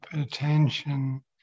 attention